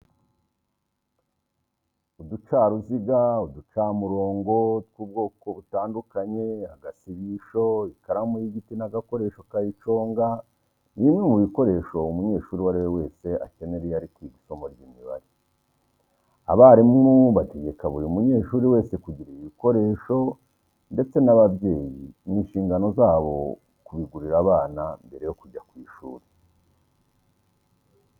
Uducaruziga, uducamurongo tw'ubwoko butandukanye, agasibisho, ikaramu y'igiti n'agakoresho kayiconga, ni bimwe mu bikoresho umunyeshuri uwo ari we wese akenera iyo ari kwiga isomo ry'imibare. Abarimu bategeka buri munyeshuri wese kugira ibi bikoresho ndetse n'ababyeyi ni inshingano zabo kubigurira abana mbere yo kujya ku ishuri.